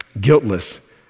guiltless